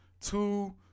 Two